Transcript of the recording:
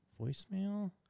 Voicemail